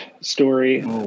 story